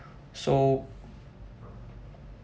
so